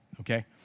Okay